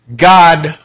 God